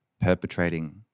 perpetrating